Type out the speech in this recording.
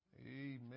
Amen